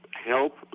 help